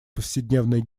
повседневной